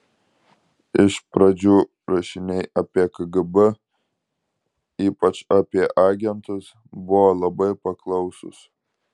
iš pradžių rašiniai apie kgb ypač apie agentus buvo labai paklausūs